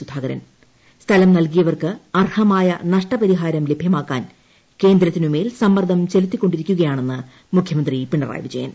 സുധാകരൻ സ്ഥലം നൽകിയവർക്ക് അർഹമായ നഷ്ടപ്പൂരിഹാരം ലഭൃമാക്കാൻ കേന്ദ്രത്തിനുമേൽ സ്മ്മർദ്ദം ചെലുത്തിക്കൊണ്ടിരിക്കുകയാണ്ണെന്ന് മുഖൃമന്ത്രി പിണറായി വിജയൻ